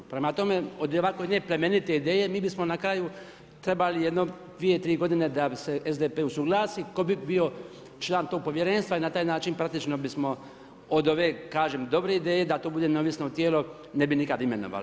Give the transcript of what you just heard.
Prema tome, od ovako jedne plemenite ideje mi bismo na kraju trebali jedno 2, 3 godine da se SDP usuglasi tko bi bio član tog povjerenstva i na taj način praktično bismo od ove kažem dobre ideje da to bude neovisno tijelo ne bi nikad imenovalo.